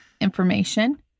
information